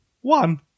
One